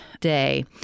day